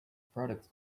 product